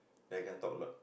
then I can talk a lot